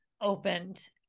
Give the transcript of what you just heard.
opened